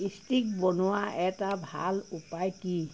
stick বনোৱা এটা ভাল উপায় কি